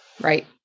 Right